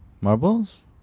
Marbles